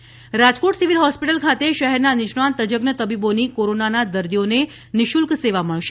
civil hospital Rajkot civil hospital ખાતે શહેરના નિષ્ણાત તજજ્ઞ તબીબોની કોરોનાના દર્દીઓને નિઃશુલ્ક સેવા મળશે